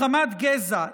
מחמת גזע,